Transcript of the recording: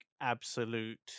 absolute